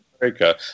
America